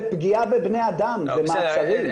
זה פגיעה בבני אדם, במאסרים.